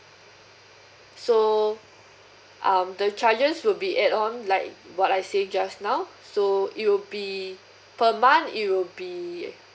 so um the charges will be add on like what I say just now so it'll be per month it will be